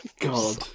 God